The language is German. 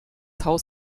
haus